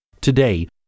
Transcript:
Today